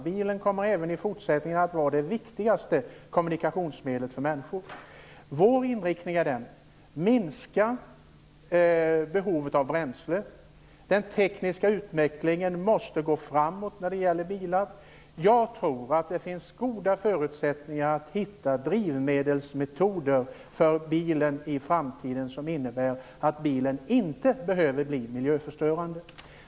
Bilen kommer även i fortsättningen att vara det viktigaste kommunikationsmedlet för människor. Vår inriktning är att behovet av bränsle skall minskas och att den tekniska utvecklingen av bilar måste gå framåt. Jag tror att det finns goda förutsättningar att i framtiden finna drivmedelsmetoder för bilen, som innebär att bilen inte behöver bli miljöförstörande.